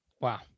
Wow